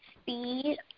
speed